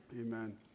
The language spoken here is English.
Amen